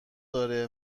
داره